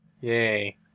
Yay